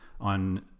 on